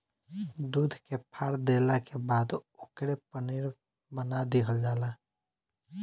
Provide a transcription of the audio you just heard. दूध के फार देला के बाद ओकरे पनीर बना दीहल जला